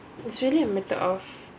it's really a method of